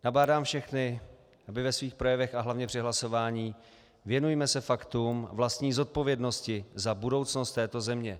Nabádám všechny, aby ve svých projevech a hlavně při hlasování věnujme se faktům, vlastní zodpovědnosti za budoucnost této země.